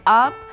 up